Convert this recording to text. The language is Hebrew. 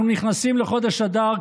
אנחנו נכנסים לחודש אדר.